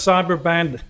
Cyberband